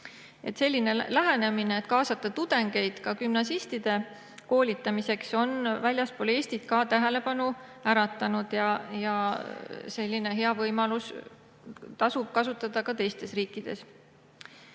Selline lähenemine, et kaasata tudengeid gümnasistide koolitamiseks, on väljaspool Eestit ka tähelepanu äratanud ja sellist head võimalust tasub kasutada ka teistes riikides.